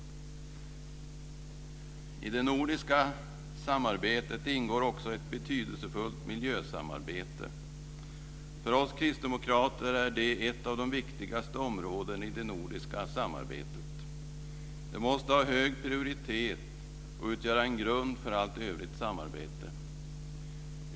I det nordiska samarbetet ingår också ett betydelsefullt miljösamarbete. För oss kristdemokrater är det ett av de viktigaste områdena i det nordiska samarbetet. Det måste ha hög prioritet och utgöra en grund för allt övrigt samarbete.